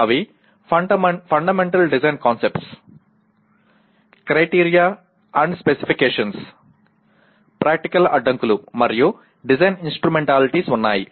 అవి fundamental design concepts criteria and specifications practical అడ్డంకులు మరియు డిజైన్ ఇన్స్ట్రుమెంటాలిటీలు ఉన్నాయి